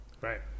Right